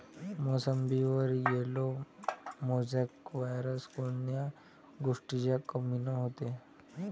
मोसंबीवर yellow mosaic virus कोन्या गोष्टीच्या कमीनं होते?